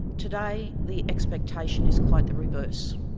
today, the expectation is quite the reverse.